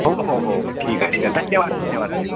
हो हो हो ठीक आहे ठीक आहे धन्यवाद धन्यवाद सायब